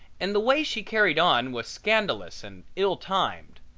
and the way she carried on was scandalous and ill-timed.